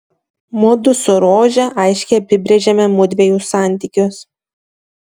mudu su rože aiškiai apibrėžėme mudviejų santykius